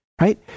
right